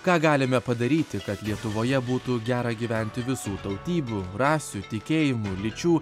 ką galime padaryti kad lietuvoje būtų gera gyventi visų tautybių rasių tikėjimų lyčių